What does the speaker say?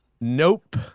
Nope